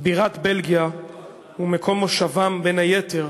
בירת בלגיה ומקום מושבם, בין היתר,